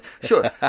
Sure